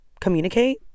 communicate